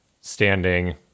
standing